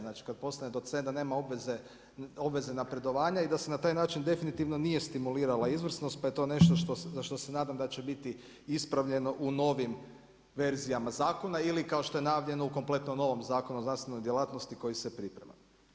Znači kada postane docent da nema obveza napredovanja i da se na taj način definitivno nije stimulirala izvrsnost pa je to nešto za što se nadam da će biti ispravljeno u novim verzijama zakona ili kao što je najavljeno u kompletno novom Zakonu o znanstvenoj djelatnosti koji se priprema.